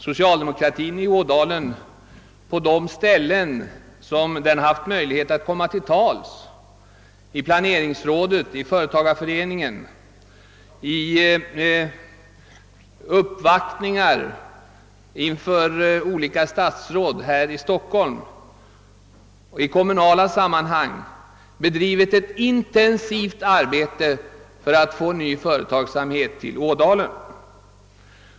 Socialdemokratin i ådalen har på de ställen där den haft möjlighet att komma till tals — i planeringsrådet, i företagarföreningen, i uppvaktningar inför olika statsråd här i Stockholm och i kommunala sammanhang — bedrivit ett intensivt arbete för att åstadkomma ny företagsamhet i Ådalen.